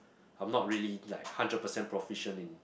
I'm not really like hundred percent proficient in